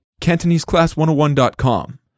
CantoneseClass101.com